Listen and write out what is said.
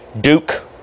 Duke